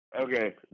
Okay